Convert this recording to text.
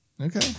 Okay